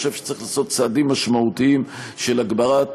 ואני חושב שצריך לעשות צעדים משמעותיים של הגברת,